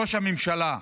ראש הממשלה.